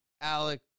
Alec